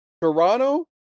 toronto